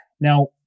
Now